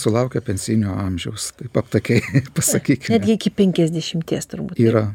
sulaukę pensinio amžiaus kaip aptakiai pasakyti kad iki penkiasdešimties turbūt yra